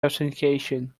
authentication